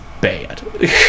bad